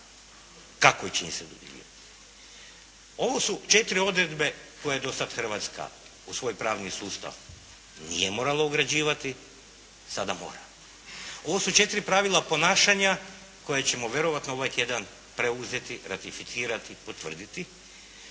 kako će im se dodjeljivati. Ovo su četiri odredbe koje je do sada Hrvatska u svoj pravni sustav nije morala ugrađivati, sada mora. Ovo su četiri pravila ponašanja koja ćemo vjerojatno ovaj tjedan preuzeti, ratificirati, potvrditi.